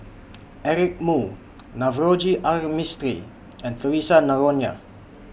Eric Moo Navroji R Mistri and Theresa Noronha